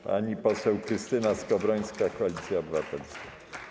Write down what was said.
Pani poseł Krystyna Skowrońska, Koalicja Obywatelska.